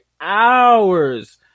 hours